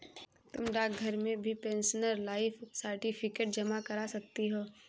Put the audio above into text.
तुम डाकघर में भी पेंशनर लाइफ सर्टिफिकेट जमा करा सकती हो